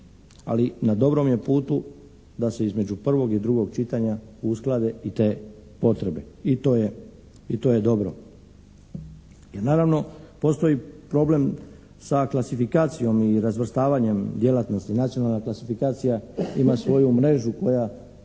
ali na dobrom je putu da se između prvog i drugog čitanja usklade i te potrebe i to je dobro jer naravno postoji problem sa klasifikacijom i razvrstavanjem djelatnosti. Nacionalna klasifikacija ima svoju mrežu koju